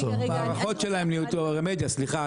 רמדיה, סליחה.